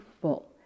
full